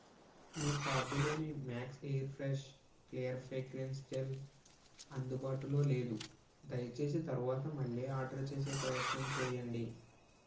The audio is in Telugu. మీ కార్ట్లోని Max Air Fresh Clear fragrance gel అందుబాటులో లేదు దయచేసి తరువాత మళ్ళీ ఆర్డర్ చేసే ప్రయత్నం చేయండి